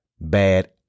bad